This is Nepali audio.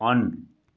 अन